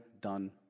done